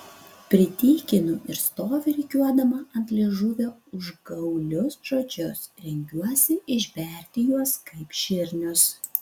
pritykinu ir stoviu rikiuodama ant liežuvio užgaulius žodžius rengiuosi išberti juos kaip žirnius